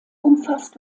umfasst